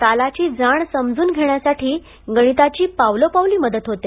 तालाची जाण समजून घेण्यासाठी गणिताची पावलोपावली मदत होते